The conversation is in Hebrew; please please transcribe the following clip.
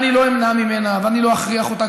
אני לא אמנע ממנה ואני לא אכריח אותה,